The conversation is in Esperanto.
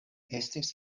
estis